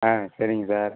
ஆ சரிங்க சார்